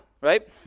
right